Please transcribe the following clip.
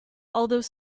although